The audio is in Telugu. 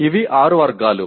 ఇవి ఆరు వర్గాలు